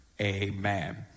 Amen